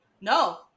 No